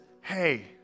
Hey